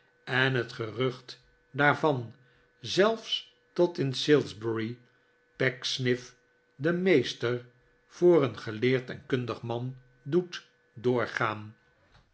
en het gerucht daarvan zelfs tot in salisbury pecksniff den meester voor een geleerd en kundig man doet doorgaan